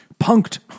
Punked